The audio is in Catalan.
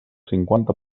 cinquanta